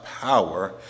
power